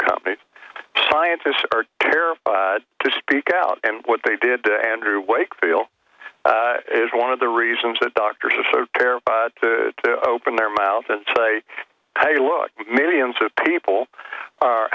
companies scientists are terrified to speak out and what they did to andrew wakefield is one of the reasons that doctors are so scared to open their mouth and say hey look millions of people are